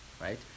right